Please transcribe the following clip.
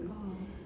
oh